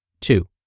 Two